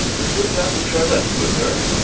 is it that which i left with her?